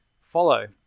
Follow